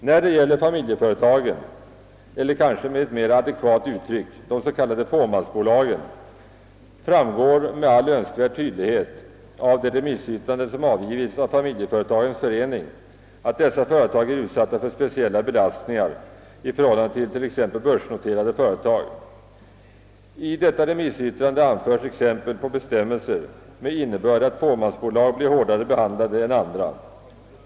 När det gäller familjeföretagen eller kanske, med ett mera adekvat uttryck, de s.k. fåmansbolagen framgår med all önskvärd tydlighet av det remissyttrande, som avgivits av Familjeföretagens förening, att dessa företag är utsatta för speciella belastningar i förhållande till t.ex. börsnoterade företag. I detta remissyttrande anförs exempel på bestämmelser med innebörd att fåmansbolag blir hårdare behandlade än andra.